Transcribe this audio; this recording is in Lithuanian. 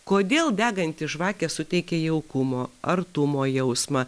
kodėl deganti žvakė suteikia jaukumo artumo jausmą